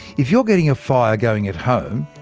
if you're getting a fire going at home,